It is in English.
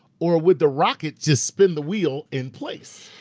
or would the rocket just spin the wheel in place?